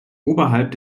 oberhalb